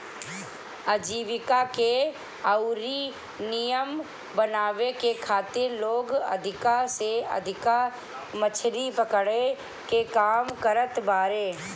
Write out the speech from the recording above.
आजीविका के अउरी नीमन बनावे के खातिर लोग अधिका से अधिका मछरी पकड़े के काम करत बारे